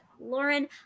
Lauren